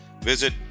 visit